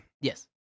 Yes